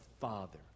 Father